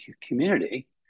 community